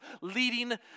leading